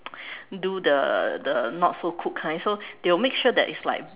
do the the not so cooked kind so they will make sure that it's like